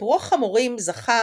סיפורו "חמורים" זכה